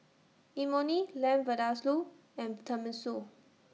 Imoni Lamb Vindaloo and Tenmusu